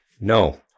No